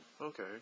Okay